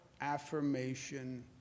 affirmation